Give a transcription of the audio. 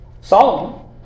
Solomon